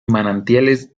manantiales